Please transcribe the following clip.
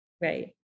right